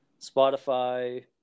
Spotify